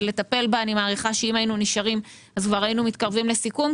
אני מעריכה שאם היינו נשארים אז כבר היינו מתקרבים לסיכום,